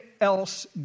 else